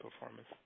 performance